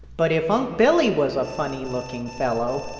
but if unc' billy was a funny-looking fellow,